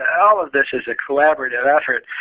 all of this is a collaborative effort.